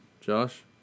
Josh